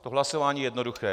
To hlasování je jednoduché.